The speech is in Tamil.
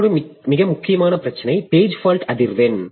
மற்றொரு மிக முக்கியமான பிரச்சினை பேஜ் ஃபால்ட் அதிர்வெண்